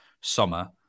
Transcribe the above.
summer